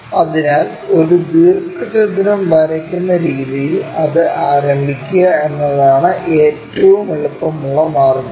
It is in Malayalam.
അതിനാൽ ഒരു ദീർഘചതുരം വരയ്ക്കുന്ന രീതിയിൽ അത് ആരംഭിക്കുക എന്നതാണ് ഏറ്റവും എളുപ്പമുള്ള മാർഗം